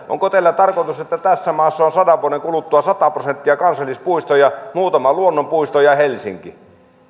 onko teillä tarkoitus että tässä maassa on sadan vuoden kuluttua sata prosenttia kansallispuistoja muutama luonnonpuisto ja ja helsinki